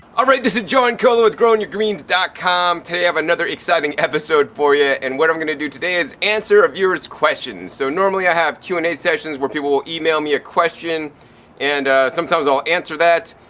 alright! this is john kohler with growingyourgreens com, today i have another exciting episode for you and what i'm going to do today is answer a viewer's questions. so normally i have q and a sessions where people would email me a question and sometimes i'll answer that.